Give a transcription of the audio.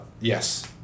Yes